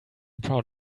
proud